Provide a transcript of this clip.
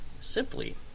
simply